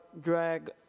drag